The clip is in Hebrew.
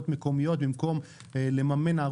והכל כדי לממן את